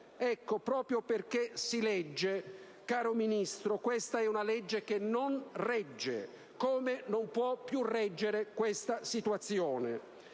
ecco, proprio perché si legge, caro Ministro, questa è una legge che non regge, come non può più reggere questa situazione.